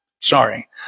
Sorry